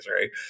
right